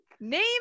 name